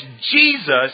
Jesus